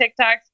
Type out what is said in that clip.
TikToks